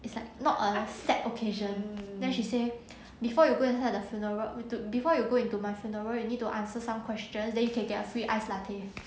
it's like not a sad occasion then she say before you go inside the funeral we took before you go into my funeral you need to answer some questions then you can get a free iced latte